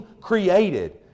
created